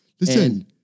Listen